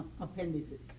appendices